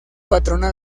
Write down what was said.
patrona